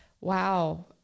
wow